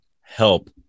help